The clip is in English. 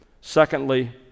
Secondly